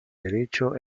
derecho